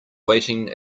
waiting